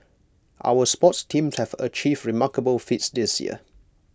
our sports teams have achieved remarkable feats this year